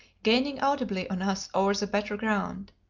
gaining audibly on us over the better ground.